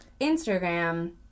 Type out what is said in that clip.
Instagram